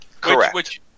correct